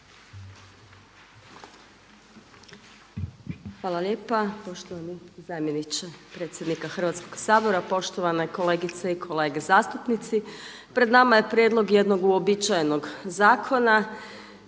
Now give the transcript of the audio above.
Hvala lijepa poštovani zamjeniče predsjednika Hrvatskog sabora, poštovane kolegice i kolege zastupnici. Pred nama je prijedlog jednog uobičajenog zakona.